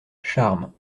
charmes